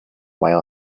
while